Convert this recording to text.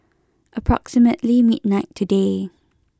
approximately midnight today